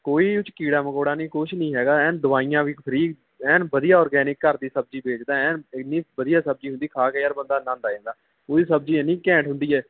ਕੋਈ ਉਹਦੇ 'ਚ ਕੀੜਾ ਮਕੋੜਾ ਨਹੀਂ ਕੁਝ ਨਹੀਂ ਹੈਗਾ ਐਨ ਦਵਾਈਆਂ ਵੀ ਫਰੀ ਐਨ ਵਧੀਆ ਔਰਗੈਨਿਕ ਘਰ ਦੀ ਸਬਜ਼ੀ ਵੇਚਦਾ ਐਨ ਇੰਨੀ ਵਧੀਆ ਸਬਜ਼ੀ ਹੁੰਦੀ ਖਾ ਕੇ ਯਾਰ ਬੰਦਾ ਅਨੰਦ ਆ ਜਾਂਦਾ ਉਹਦੀ ਸਬਜ਼ੀ ਐਨੀ ਘੈਂਟ ਹੁੰਦੀ ਹੈ